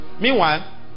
Meanwhile